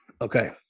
Okay